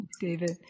David